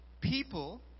people